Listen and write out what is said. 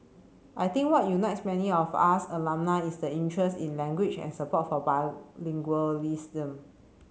I think what unites many of us alumni is the interest in language and support for bilingualism